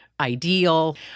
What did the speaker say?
ideal